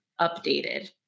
updated